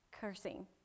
cursing